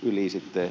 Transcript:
yleisittäin